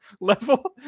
level